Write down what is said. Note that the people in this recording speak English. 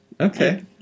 Okay